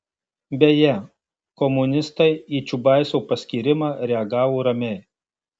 beje komunistai į čiubaiso paskyrimą reagavo ramiai